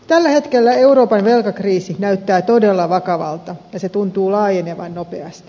tällä hetkellä euroopan velkakriisi näyttää todella vakavalta ja se tuntuu laajenevan nopeasti